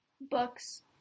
books